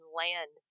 land